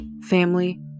family